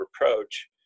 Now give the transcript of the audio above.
approach